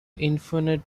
infinity